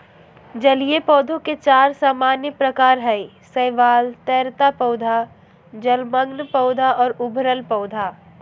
जलीय पौधे के चार सामान्य प्रकार हइ शैवाल, तैरता पौधा, जलमग्न पौधा और उभरल पौधा